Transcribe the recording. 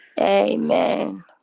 Amen